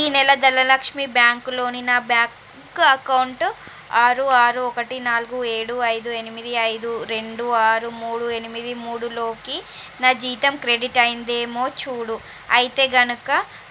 ఈ నెల ధనలక్ష్మి బ్యాంక్ లోని నా బ్యాంక్ అకౌంటు ఆరు ఆరు ఒకటి నాలుగు ఏడు ఐదు ఎనిమిది ఐదు రెండు ఆరు మూడు ఎనిమిది మూడులోకి నా జీతం క్రెడిట్ అయ్యిందేమో చూడు అయితే కనుక